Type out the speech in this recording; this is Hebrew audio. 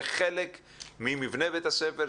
זה חלק ממבנה בית הספר,